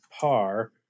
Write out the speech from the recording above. par